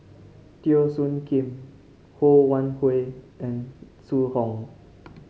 Teo Soon Kim Ho Wan Hui and Zhu Hong